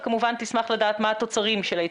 וכמובן תשמח לדעת מה התוצרים של ההתכנסות.